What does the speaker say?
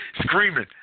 screaming